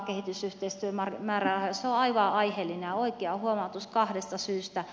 se on aivan aiheellinen ja oikea huomautus kahdesta syystä